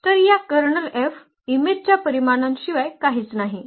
तर या kernel F इमेजच्या परिमाणांशिवाय काहीच नाही